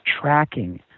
tracking